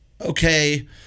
okay